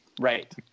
Right